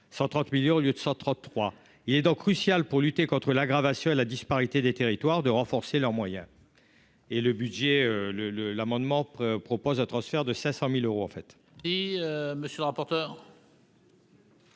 130 millions au lieu de 133, il est donc crucial pour lutter contre l'aggravation, la disparité des territoires de renforcer leurs moyens et le budget le le l'amendement propose un transfert de 500000 euros en fait. Et monsieur le rapporteur.